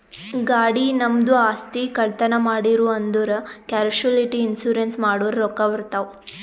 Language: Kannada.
ಗಾಡಿ, ನಮ್ದು ಆಸ್ತಿ, ಕಳ್ತನ್ ಮಾಡಿರೂ ಅಂದುರ್ ಕ್ಯಾಶುಲಿಟಿ ಇನ್ಸೂರೆನ್ಸ್ ಮಾಡುರ್ ರೊಕ್ಕಾ ಬರ್ತಾವ್